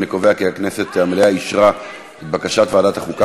אני קובע כי המליאה אישרה את בקשת ועדת החוקה,